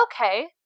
okay